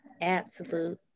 absolute